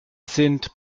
sind